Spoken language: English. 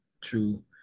true